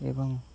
ଏବଂ